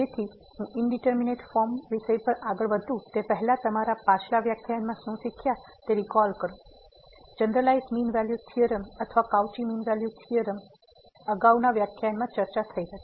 તેથી હું indeterminate form વિષય પર આગળ વધું તે પહેલાં તમારા પાછલા વ્યાખ્યાનમાં શું શીખ્યા તે રિકોલ કરું જનરલાઈઝ મીન વેલ્યુ થીયોરમ અથવા કાઉચી મીન વેલ્યુ થીયોરમ જેની અગાઉના વ્યાખ્યાનમાં ચર્ચા થઈ હતી